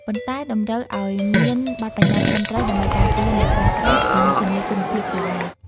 ប៉ុន្តែតម្រូវឱ្យមានបទប្បញ្ញត្តិត្រឹមត្រូវដើម្បីការពារអ្នកប្រើប្រាស់ និងធានាគុណភាពសេវា។